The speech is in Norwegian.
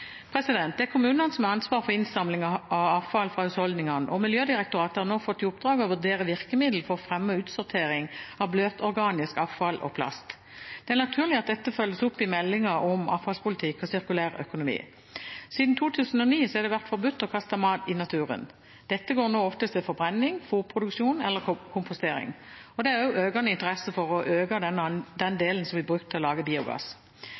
Det er kommunene som har ansvaret for innsamling av avfall fra husholdningene, og Miljødirektoratet har fått i oppdrag å vurdere virkemiddel for å fremme utsortering av bløtorganisk avfall og plast. Det er naturlig at dette følges opp i meldingen om avfallspolitikk og sirkulær økonomi. Siden 2009 har det vært forbudt å kaste mat i naturen. Dette går nå oftest til forbrenning, fôrproduksjon eller kompostering. Det er også økende interesse for å øke delen som blir brukt til å lage biogass.